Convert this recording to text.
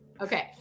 Okay